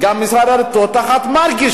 משרד הדתות תחת השר מרגי,